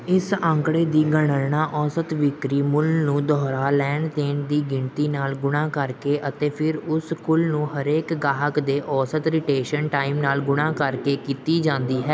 ਇਸ ਅੰਕੜੇ ਦੀ ਗਣਨਾ ਔਸਤ ਵਿਕਰੀ ਮੁੱਲ ਨੂੰ ਦੁਹਰਾਅ ਲੈਣ ਦੇਣ ਦੀ ਗਿਣਤੀ ਨਾਲ ਗੁਣਾ ਕਰਕੇ ਅਤੇ ਫਿਰ ਉਸ ਕੁੱਲ ਨੂੰ ਹਰੇਕ ਗਾਹਕ ਦੇ ਔਸਤ ਰਿਟੇਂਸ਼ਨ ਟਾਈਮ ਨਾਲ ਗੁਣਾ ਕਰਕੇ ਕੀਤੀ ਜਾਂਦੀ ਹੈ